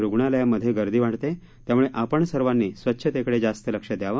रुग्णालयांमध्ये गर्दी वाढते त्याम्ळे आपण सर्वांनी स्वच्छतेकडे जास्त लक्ष द्यावे